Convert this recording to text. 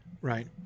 right